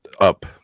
up